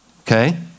okay